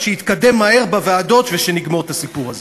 שיתקדם מהר בוועדות ושנגמור את הסיפור הזה.